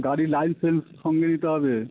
গাড়ির লাইসেন্স সঙ্গে নিতে হবে